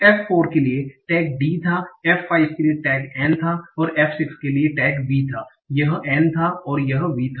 f4 के लिए tag D था f 5 के लिए टैग N था और f6 के लिए टैग V था यह N था और यह V था